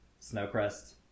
snowcrest